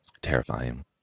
Terrifying